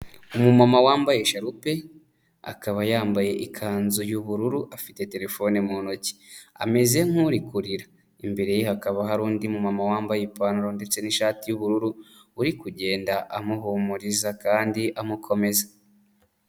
Umu mama wambaye sharupe akaba yambaye ikanzu y'ubururu, afite telefone mu ntoki ameze nk'uri kurira imbere ye hakaba hari undi mama wambaye ipantaro ndetse n'ishati y'ubururu uri kugenda amuhumuriza kandi amukomeza.